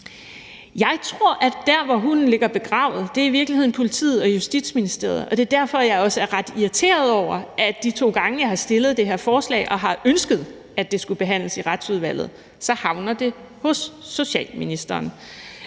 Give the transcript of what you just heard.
Jeg tror, at der, hvor hunden ligger begravet, i virkeligheden er i forhold til politiet og Justitsministeriet, og det er derfor, jeg også er ret irriteret over, at de to gange, jeg har fremsat det her forslag og har ønsket, at det skulle behandles i Retsudvalget, så havner det hos socialministeren.